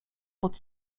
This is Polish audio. pod